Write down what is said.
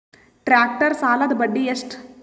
Tractor ಸಾಲದ್ದ ಬಡ್ಡಿ ಎಷ್ಟ?